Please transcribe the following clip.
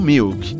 Milk